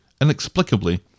inexplicably